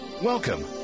Welcome